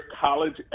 college